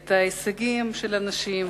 את ההישגים של הנשים,